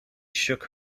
shook